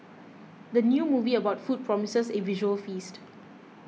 the new movie about food promises a visual feast